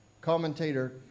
Commentator